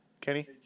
Kenny